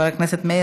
חברת הכנסת יעל